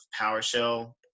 PowerShell